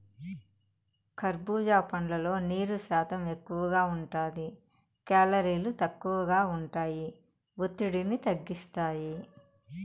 కర్భూజా పండ్లల్లో నీరు శాతం ఎక్కువగా ఉంటాది, కేలరీలు తక్కువగా ఉంటాయి, ఒత్తిడిని తగ్గిస్తాయి